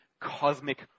cosmic